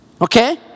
Okay